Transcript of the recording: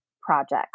projects